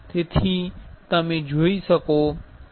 તેથી તમે જોઈ શકો છો